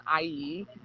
ie